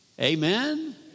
Amen